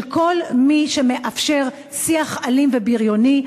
של כל מי שמאפשר שיח אלים ובריוני.